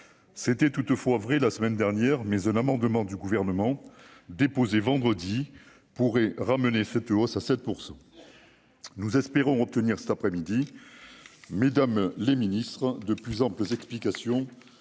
c'était toutefois vrai la semaine dernière, mais un amendement du gouvernement déposé vendredi pourrait ramener cette hausse à 7 % nous espérons obtenir cet après-midi mesdames les ministres de plus amples explications